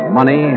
money